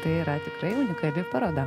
tai yra tikrai unikali paroda